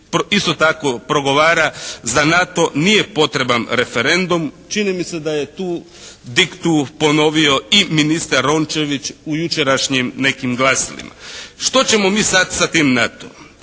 isto tako progovara za NATO, nije potreban referendum. Čini mi se da je tu diktu ponovio i ministar Rončević u jučerašnjim nekih glasilima. Što ćemo mi sad sa tim NATO-om?